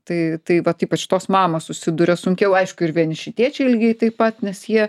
tai tai vat ypač tos mamos susiduria sunkiau aišku ir vieniši tėčiai lygiai taip pat nes jie